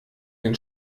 den